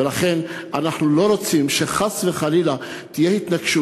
ולכן אנחנו לא רוצים שחס וחלילה תהיה התנגשות